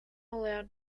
allowed